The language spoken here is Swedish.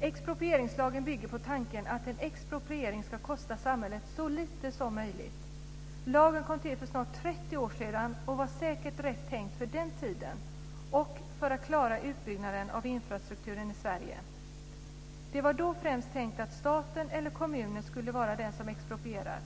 Exproprieringslagen bygger på tanken att en expropriering ska kosta samhället så lite som möjligt. Lagen kom till för snart 30 år sedan och var säkert rätt tänkt för den tiden och för att klara utbyggnaden av infrastrukturen i Sverige. Det var då främst tänkt att staten eller kommunen skulle vara den som exproprierar.